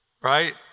Right